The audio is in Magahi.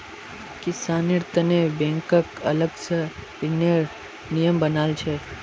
किसानेर तने बैंकक अलग स ऋनेर नियम बना छेक